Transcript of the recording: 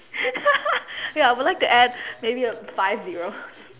ya I would like to add maybe a five zero